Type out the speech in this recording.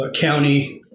county